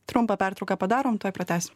trumpą pertrauką padarom tuoj pratęsim